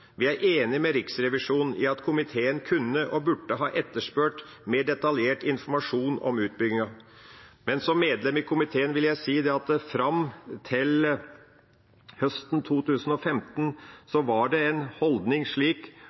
Vi er enig med Riksrevisjonen i at komiteen kunne og burde ha etterspurt mer detaljert informasjon om utbyggingen. Men som medlem i komiteen vil jeg si at fram til høsten 2015 var det en holdning